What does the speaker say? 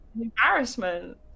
Embarrassment